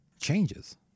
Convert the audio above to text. changes